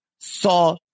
saw